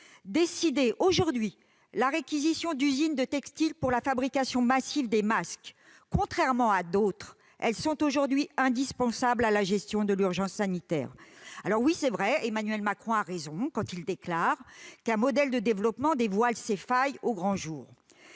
réouverture ! Il faut réquisitionner des usines de textile pour la fabrication massive de masques. Contrairement à d'autres, elles sont aujourd'hui indispensables à la gestion de l'urgence sanitaire. Oui, Emmanuel Macron a raison quand il déclare qu'un modèle de développement dévoile ses failles au grand jour